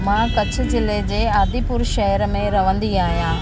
मां कच्छ जिले जे आदिपुर शेहर में रहंदी आहिंयां